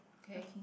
K